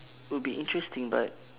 will be interesting but